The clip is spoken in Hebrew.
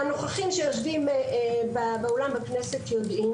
והנוכחים שיושבים באולם בכנסת יודעים